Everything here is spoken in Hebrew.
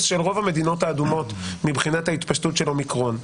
של כל המדינות האדומות מבחינת התפשטות ה-אומיקרון.